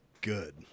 good